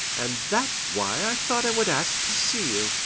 and that's why i thought i would ask to see you.